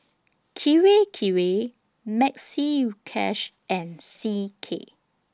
Kirei Kirei Maxi Cash and C K